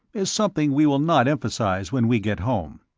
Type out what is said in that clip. is something we will not emphasize when we get home.